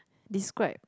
describe